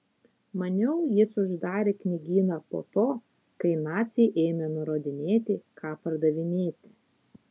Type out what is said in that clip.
maniau jis uždarė knygyną po to kai naciai ėmė nurodinėti ką pardavinėti